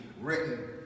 written